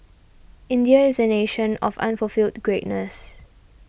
India is a nation of unfulfilled greatness